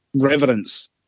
reverence